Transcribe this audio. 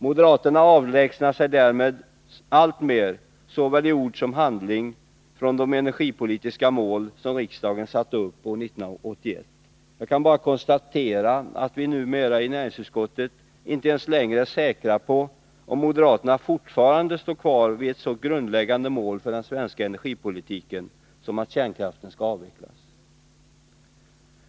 Moderaterna avlägsnar sig därmed alltmer såväl i ord som i handling från de energipolitiska mål som riksdagen satte upp år 1981. Jag kan bara konstatera att vi numera i näringsutskottet inte längre är säkra på om moderaterna fortfarande står kvar vid ett så grundläggande mål för den svenska energipolitiken som att kärnkraften skall avvecklas.